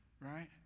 right